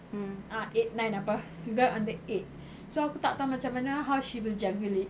ah eight nine apa we go on the eight so aku tak tahu macam mana how she will juggle it